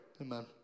Amen